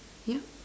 yep